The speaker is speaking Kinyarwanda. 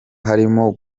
harimo